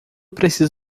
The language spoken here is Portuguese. precisa